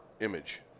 image